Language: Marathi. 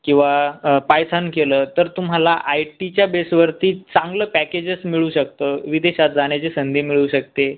किंवा पायथान केलं तर तुम्हाला आय टीच्या बेसवरती चांगली पॅकेजेस मिळू शकतात विदेशात जाण्याची संधी मिळू शकते